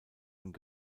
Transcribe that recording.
und